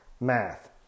math